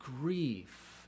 grief